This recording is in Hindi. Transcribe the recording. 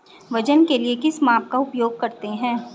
वजन के लिए किस माप का उपयोग करते हैं?